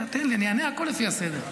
תן לי, אני אענה על הכול לפי הסדר.